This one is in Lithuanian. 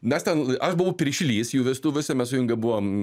mes ten aš buvau piršlys jų vestuvėse mes sujungę buvom